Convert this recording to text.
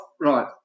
Right